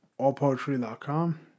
allpoetry.com